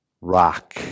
rock